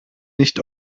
nicht